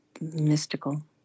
mystical